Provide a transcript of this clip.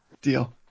deal